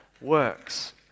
works